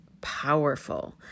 powerful